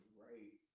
right